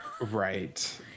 Right